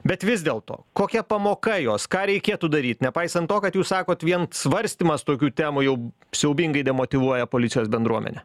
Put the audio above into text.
bet vis dėlto kokia pamoka jos ką reikėtų daryt nepaisant to kad jūs sakot vien svarstymas tokių temų jau siaubingai demotyvuoja policijos bendruomenę